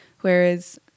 Whereas